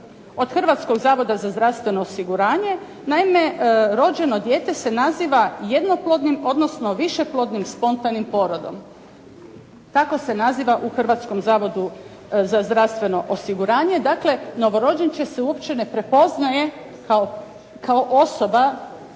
od Hrvatskog zavoda za zdravstveno osiguranje. Naime, rođeno dijete se naziva jednoplodnim, odnosno višeplodnim spontanim porodom. Tako se naziva u Hrvatskom zavodu za zdravstveno osiguranje. Dakle, novorođenče se uopće ne prepoznaje kao osoba,